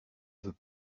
veut